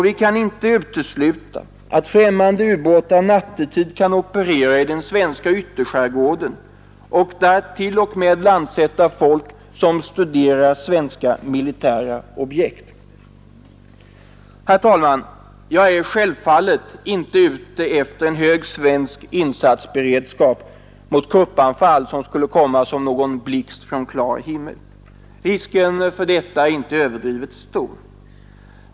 Vi kan inte heller utesluta att främmande ubåtar nattetid kan operera i den svenska ytterskärgården och där t.o.m. landsätta folk, som studerar svenska militära objekt. Jag är självfallet inte ute efter en hög svensk insatsberedskap mot eventuella kuppanfall som skulle komma som en blixt från klar himmel. Risken för detta är inte överdrivet stor.